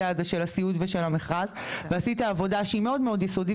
הזה של הסיעוד ושל המכרז ועשית עבודה שהיא מאוד מאוד יסודית.